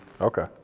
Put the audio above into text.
Okay